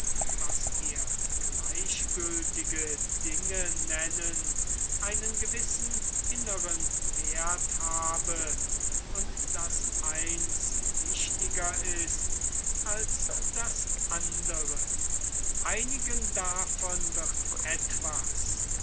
was wir gleichgültige dinge nennen einen gewissen inneren werth habe und daß eins wichtiger ist als das andere einigen davon wird etwas